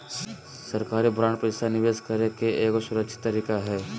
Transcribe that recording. सरकारी बांड पैसा निवेश करे के एगो सुरक्षित तरीका हय